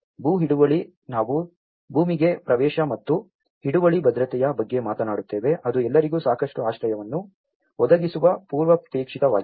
ಭೂ ಹಿಡುವಳಿ ನಾವು ಭೂಮಿಗೆ ಪ್ರವೇಶ ಮತ್ತು ಹಿಡುವಳಿ ಭದ್ರತೆಯ ಬಗ್ಗೆ ಮಾತನಾಡುತ್ತೇವೆ ಅದು ಎಲ್ಲರಿಗೂ ಸಾಕಷ್ಟು ಆಶ್ರಯವನ್ನು ಒದಗಿಸುವ ಪೂರ್ವಾಪೇಕ್ಷಿತವಾಗಿದೆ